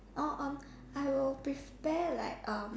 orh um I would prepare like um